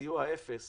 סיוע אפס